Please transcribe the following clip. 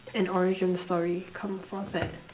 an origin story come for that